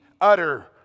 utter